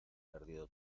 perdido